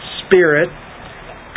spirit